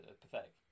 pathetic